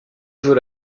veut